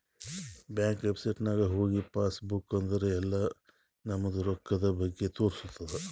ಬ್ಯಾಂಕ್ದು ವೆಬ್ಸೈಟ್ ನಾಗ್ ಹೋಗಿ ಪಾಸ್ ಬುಕ್ ಅಂದುರ್ ಎಲ್ಲಾ ನಮ್ದು ರೊಕ್ಕಾದ್ ಬಗ್ಗೆ ತೋರಸ್ತುದ್